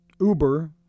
Uber